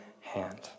hand